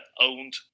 owned